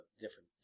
different